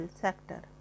sector